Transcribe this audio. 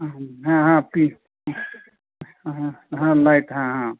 हां हां पी हां हां हां लाईट हां हां